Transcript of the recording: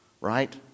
right